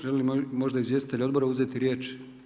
Žele li možda izvjestitelji odbora uzeti riječ?